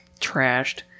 trashed